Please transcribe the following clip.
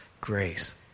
grace